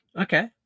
okay